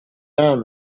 out